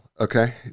okay